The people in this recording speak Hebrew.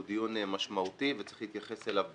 הוא דיון משמעותי וצריך להתייחס אליו ברצינות.